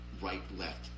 right-left